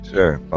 Sure